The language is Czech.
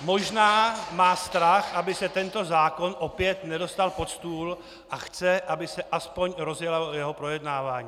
Možná má strach, aby se tento zákon opět nedostal pod stůl, a chce, aby se aspoň rozjelo jeho projednávání.